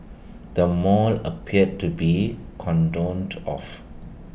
the mall appeared to be cordoned off